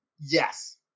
yes